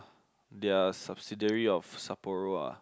they're subsidiary of Sapporo ah